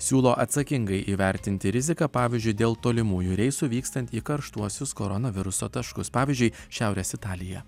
siūlo atsakingai įvertinti riziką pavyzdžiui dėl tolimųjų reisų vykstant į karštuosius koronaviruso taškus pavyzdžiui šiaurės italija